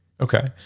Okay